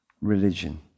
religion